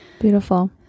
beautiful